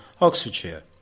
Oxfordshire